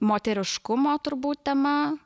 moteriškumo turbūt tema